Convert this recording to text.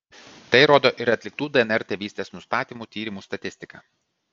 tai rodo ir atliktų dnr tėvystės nustatymo tyrimų statistika